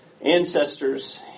ancestors